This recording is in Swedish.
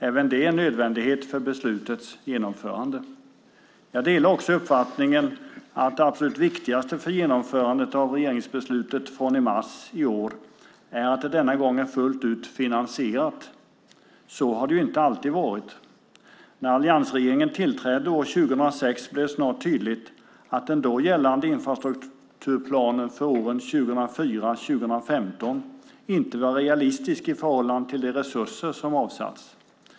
Även det är en nödvändighet för beslutets genomförande. Jag delar också uppfattningen att det absolut viktigaste för genomförandet av regeringsbeslutet från i mars i år är att det denna gång är fullt ut finansierat. Så har det ju inte alltid varit. När alliansregeringen tillträdde år 2006 blev det snart tydligt att den då gällande infrastrukturplanen för åren 2004-2015 inte var realistisk i förhållande till de resurser som avsatts.